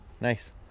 nice